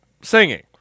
singing